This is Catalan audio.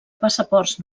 passaports